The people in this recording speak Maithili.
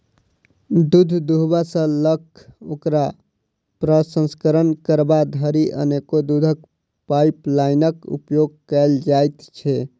दूध दूहबा सॅ ल क ओकर प्रसंस्करण करबा धरि अनेको दूधक पाइपलाइनक उपयोग कयल जाइत छै